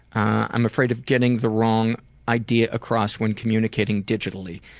i'm afraid of getting the wrong idea across when communicating digitally.